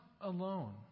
alone